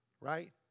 Right